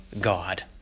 God